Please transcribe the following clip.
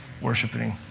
worshiping